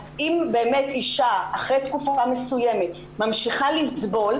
אז אם באמת אישה אחרי תקופה מסוימת ממשיכה לסבול,